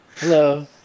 Hello